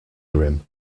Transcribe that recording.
grim